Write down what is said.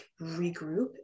regroup